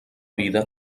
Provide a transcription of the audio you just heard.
vida